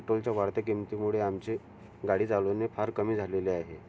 पेट्रोलच्या वाढत्या किमतीमुळे आमचे गाडी चालवणे फार कमी झालेले आहे